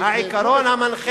זה ג'ומס,